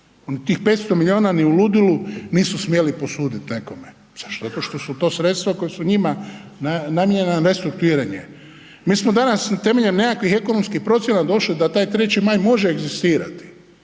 Tih 500 milijuna ni u ludilu nisu smjeli posudu nekome. Zašto? Zato što su to sredstva koja su njima namijenjena na restrukturiranje. Mi smo danas temeljem nekakvih ekonomskih procjena došli da taj 3. Maj može egzistirati,